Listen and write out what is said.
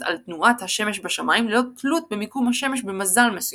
על תנועת השמש בשמיים ללא תלות במיקום השמש במזל מסוים,